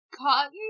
Cotton